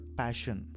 passion